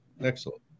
Excellent